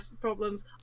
problems